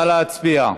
נא להצביע.